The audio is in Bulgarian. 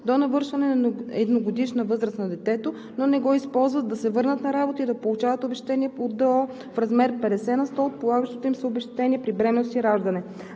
до навършване на едногодишна възраст на детето, но не го използват, да се върнат на работа и да получават обезщетение от ДОО в размер 50 на сто от полагащото им се обезщетение при бременност и раждане;